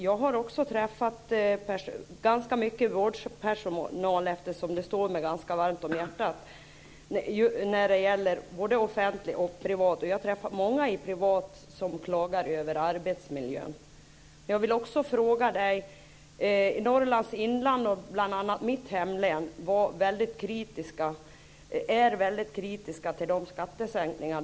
Jag har träffat ganska mycket vårdpersonal - vården ligger mig rätt varmt om hjärtat och det gäller då både offentlig och privat vård. Men jag har också träffat många som jobbar i privat regi som klagar över arbetsmiljön. I Norrlands inland, bl.a. i mitt hemlän, är man väldigt kritisk till skattesänkningar.